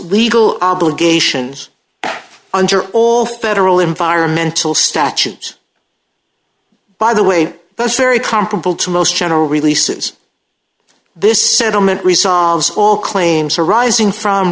legal obligations under all federal environmental statutes by the way that's very comparable to most general release is this settlement resolves all claims arising from